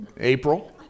April